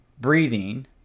breathing